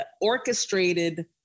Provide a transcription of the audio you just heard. orchestrated